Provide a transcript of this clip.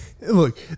Look